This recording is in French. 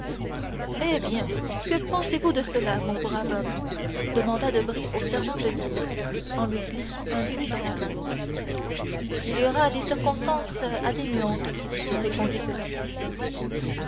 eh bien que pensez-vous de cela mon brave homme demanda debray au sergent de ville en lui glissant un louis dans la main il y aura des circonstances atténuantes répondit celui-ci